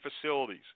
facilities